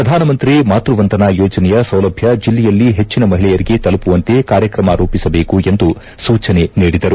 ಪ್ರಧಾನಮಂತ್ರಿ ಮಾತೃ ವಂದನಾ ಯೋಜನೆಯ ಸೌಲಭ್ಯ ಜಿಲ್ಲೆಯಲ್ಲಿ ಹೆಚ್ಚಿನ ಮಹಿಳೆಯರಿಗೆ ತಲುಪುವಂತೆ ಕಾರ್ಯಕ್ರಮ ರೂಪಿಸಬೇಕು ಎಂದು ಸೂಚನೆ ನೀಡಿದರು